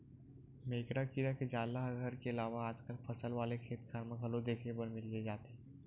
मेकरा कीरा के जाला ह घर के अलावा आजकल फसल वाले खेतखार म घलो देखे बर मिली जथे